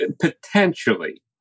Potentially